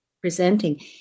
presenting